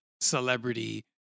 celebrity